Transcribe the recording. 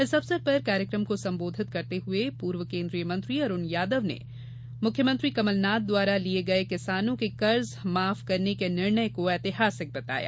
इस अवसर पर कार्यक्रम को संबोधित करते हुए पूर्व केन्द्रीय मंत्री अरूण यादव ने मुख्यमंत्री कमलनाथ द्वारा लिये गये किसानों के कर्ज माफ करने के निर्णय को एतिहासिक बताया